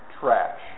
trash